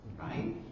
Right